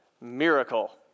miracle